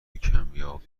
کمیاب